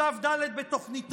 שלב ד' בתוכניתו?